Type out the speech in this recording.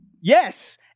Yes